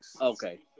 Okay